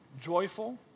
Joyful